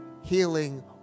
healing